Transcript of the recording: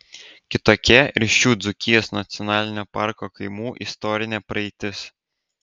kitokia ir šių dzūkijos nacionalinio parko kaimų istorinė praeitis